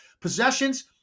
possessions